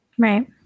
Right